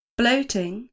bloating